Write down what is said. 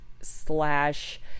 Slash